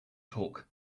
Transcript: talk